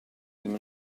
ddim